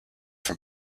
from